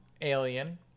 alien